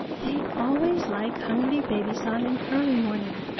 they always like hungry baby san in early morning.